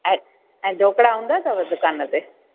ऐं ऐं ढोकणा हूंदा अथव दुकान ते